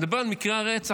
אני מדבר על מקרי הרצח,